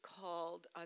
called